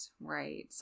right